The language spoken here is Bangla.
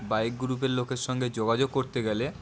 বাইক গ্রুপের লোকের সঙ্গে যোগাযোগ করতে গেলে